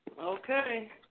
Okay